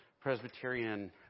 Presbyterian